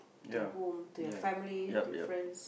to whom to your family to your friends